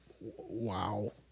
Wow